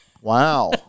Wow